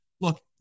look